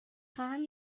خواهم